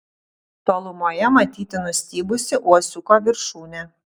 tolumoje matyti nustybusi uosiuko viršūnė